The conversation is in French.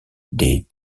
des